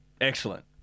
Excellent